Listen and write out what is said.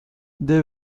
they